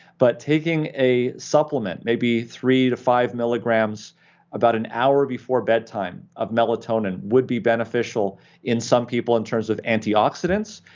but taking a supplement maybe three to five milligrams about an hour before bedtime of melatonin would be beneficial in some people in terms of antioxidants,